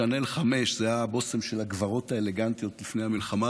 שאנל 5. זה היה הבושם של הגברות האלגנטיות לפני המלחמה,